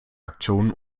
aktion